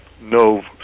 no